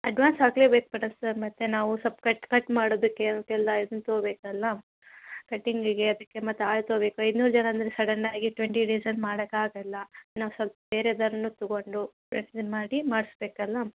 advance ಹಾಕ್ಲೇಬೇಕು sir ಮತ್ತೆ ನಾವು ಸಲ್ಪ ಕಟ್ ಕಟ್ ಮಾಡೋದಕ್ಕೆ ಅಂತೆಲ್ಲ ಇದ್ನ ತೊಗೋಬೇಕಲ್ಲ ಕಟಿಂಗಿಗೆ ಅದಕ್ಕೆ ಮತ್ತು ಆಳು ತೊಗೋಬೇಕು ಇನ್ನೂರು ಜನ ಅಂದರೆ ಸಡನ್ನಾಗಿ ಟ್ವೆಂಟಿ ಡೇಸಲ್ಲಿ ಮಾಡಕ್ಕೆ ಆಗೋಲ್ಲ ನಾವು ಸ್ವಲ್ಪ ಬೇರೆದವ್ರ್ನು ತೊಗೊಂಡು ಮಾಡಿ ಮಾಡಬೇಕಲ್ಲ